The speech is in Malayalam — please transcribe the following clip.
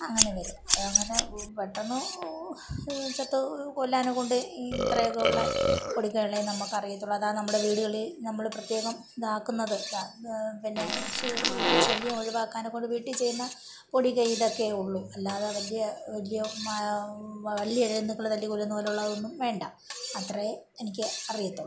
അങ്ങനെ വരും അങ്ങനെ പെട്ടെന്ന് ചത്ത് കൊല്ലാനെക്കൊണ്ട് ഇത്രയേ ഒക്കെ ഉള്ള പൊടിക്കൈകളേ നമ്മക്കറിയത്തുള്ളു അതാണ് നമ്മുടെ വീടുകളിൽ നമ്മൾ പ്രത്യേകം ഇതാക്കുന്നത് ഇതാണ് പിന്നെ ഇവിടെ ശല്യം ഒഴിവാക്കാനെക്കൊണ്ട് വീട്ടിൽച്ചെയ്യുന്ന പൊടിക്കൈ ഇതൊക്കെയേ ഉള്ളു അല്ലാതെ വലിയ വലിയ വലിയ ഇഴജന്തുക്കളെ തല്ലികൊല്ലുന്നത് പോലുള്ളതൊന്നും വേണ്ട അത്രയേ എനിക്ക് അറിയത്തുള്ളു